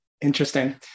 Interesting